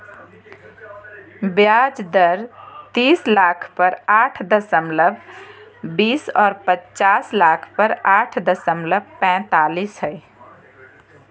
ब्याज दर तीस लाख पर आठ दशमलब बीस और पचास लाख पर आठ दशमलब पैतालीस हइ